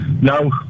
No